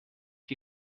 die